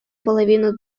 половину